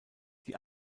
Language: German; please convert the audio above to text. die